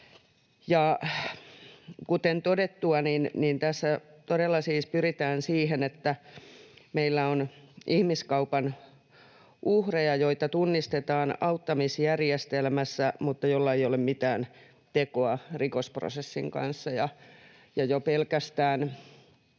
tässä todella siis pyritään siihen, että meillä on ihmiskaupan uhreja, joita tunnistetaan auttamisjärjestelmässä mutta joilla ei ole mitään tekoa rikosprosessin kanssa.